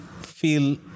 feel